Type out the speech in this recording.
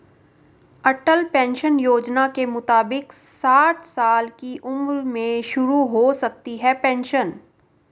अटल pension Yojana के मुताबिक साठ साल की उम्र में शुरू हो सकती है पेंशन